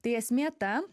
tai esmė ta